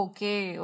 Okay